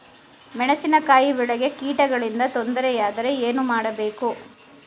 ಮೆಣಸಿನಕಾಯಿ ಬೆಳೆಗೆ ಕೀಟಗಳಿಂದ ತೊಂದರೆ ಯಾದರೆ ಏನು ಮಾಡಬೇಕು?